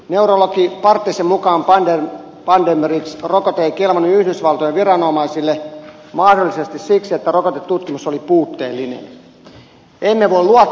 neurologi partisen mukaan pandemrix rokote ei kelvannut yhdysvaltojen viranomaisille mahdollisesti siksi että rokotetutkimus oli puutteellinen